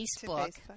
Facebook